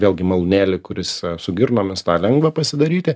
vėlgi malūnėlį kuris su girnomis tą lengva pasidaryti